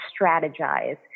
strategize